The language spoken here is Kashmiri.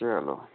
چلو